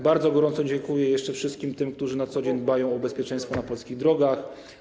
Bardzo gorąco dziękuję jeszcze wszystkim tym, którzy na co dzień dbają o bezpieczeństwo na polskich drogach.